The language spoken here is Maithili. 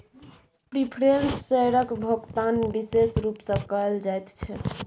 प्रिफरेंस शेयरक भोकतान बिशेष रुप सँ कयल जाइत छै